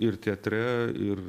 ir teatre ir